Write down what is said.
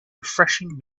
refreshing